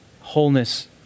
wholeness